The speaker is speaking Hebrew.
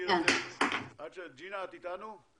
ההולנדית, מצאה גז נפט והצליחה להתגבר על המחלה.